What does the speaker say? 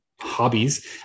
hobbies